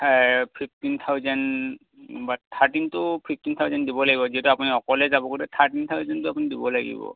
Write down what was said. fifteen thousand বা thirteen to fifteen thousand দিব লাগিব যিহেতু আপুনি অকলে যাব গতিকে থাৰ্টিন থাউচেণ্ডটো আপুনি দিব লাগিব